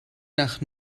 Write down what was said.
nach